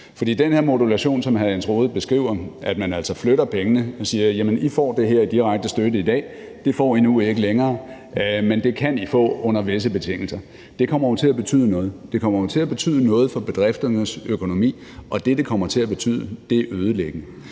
noget. Det kommer til at betyde noget, at man flytter pengene og siger: I får det her i direkte støtte i dag; det får I ikke længere, men I kan få det under visse betingelser. Det kommer til at betyde noget for bedrifternes økonomi, og det, det kommer til at betyde, er ødelæggende.